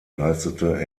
leistete